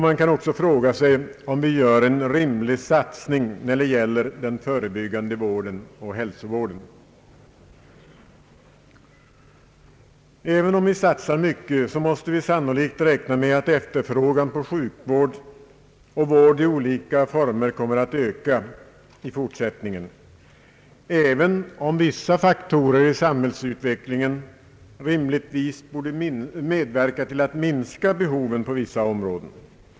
Man kan också fråga sig om vi gör en rimlig satsning när det gäller den förebyggade vården och hälsovården. Även om vi satsar mycket måste vi sannolikt räkna med att efterfrågan på sjukvård och vård i olika former kommer att öka i fortsättningen, trots att vissa faktorer i samhällsutvecklingen rimligtvis borde medverka till att minska behoven på vissa områden.